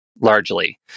largely